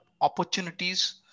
opportunities